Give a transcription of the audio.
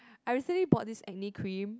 I recently bought this acne cream